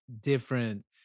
different